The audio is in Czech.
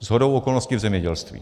Shodou okolností v zemědělství.